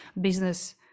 business